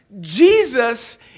Jesus